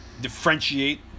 differentiate